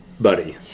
buddy